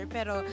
Pero